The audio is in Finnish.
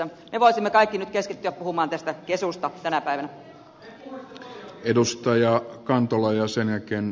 me voisimme kaikki nyt keskittyä puhumaan tästä kesusta tänä päivänä